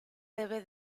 debe